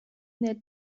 nel